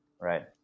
Right